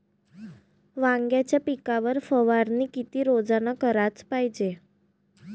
वांग्याच्या पिकावर फवारनी किती रोजानं कराच पायजे?